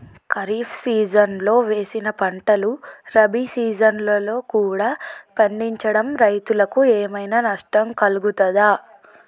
ఖరీఫ్ సీజన్లో వేసిన పంటలు రబీ సీజన్లో కూడా పండించడం రైతులకు ఏమైనా నష్టం కలుగుతదా?